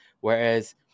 whereas